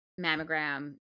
mammogram